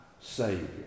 Savior